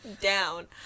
down